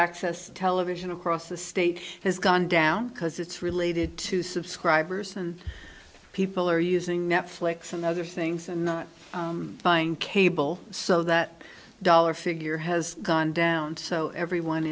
access television across the state has gone down because it's related to subscribers and people are using netflix and other things and not buying cable so that dollar figure has gone down so everyone